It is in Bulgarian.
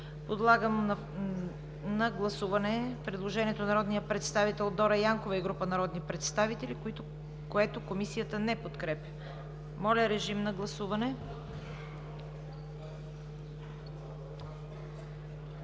Подлагам на гласуване предложението на народния представител Дора Янкова и група народни представители, което не се подкрепя от Комисията. Моля, режим на гласуване.